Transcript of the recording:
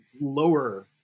lower